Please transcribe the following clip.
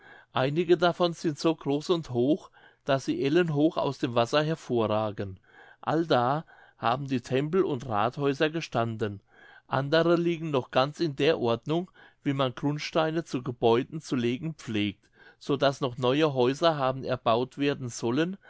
einige davon sind so groß und hoch daß sie ellenhoch aus dem wasser hervorragen allda haben die tempel und rathhäuser gestanden andere liegen noch ganz in der ordnung wie man grundsteine zu gebäuden zu legen pflegt so daß noch neue häuser haben erbaut werden sollen